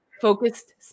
focused